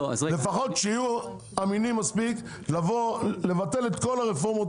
לפחות שיהיו אמינים מספיק ויבטלו את כל הרפורמות